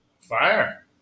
Fire